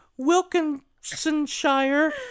Wilkinsonshire